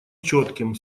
четким